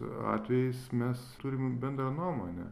atvejais mes turim bendrą nuomonę